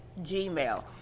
gmail